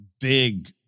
big